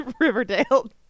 Riverdale